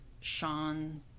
Sean